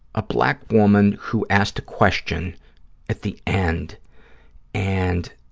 a black woman who asked a question at the end and